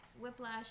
Whiplash